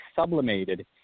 sublimated